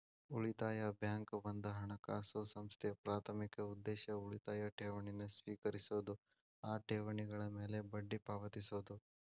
ಉಳಿತಾಯ ಬ್ಯಾಂಕ್ ಒಂದ ಹಣಕಾಸು ಸಂಸ್ಥೆ ಪ್ರಾಥಮಿಕ ಉದ್ದೇಶ ಉಳಿತಾಯ ಠೇವಣಿನ ಸ್ವೇಕರಿಸೋದು ಆ ಠೇವಣಿಗಳ ಮ್ಯಾಲೆ ಬಡ್ಡಿ ಪಾವತಿಸೋದು